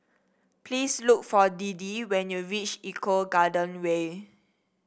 please look for Deedee when you reach Eco Garden Way